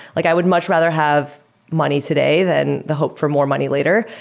like i would much rather have money today than the hope for more money later.